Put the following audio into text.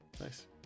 Nice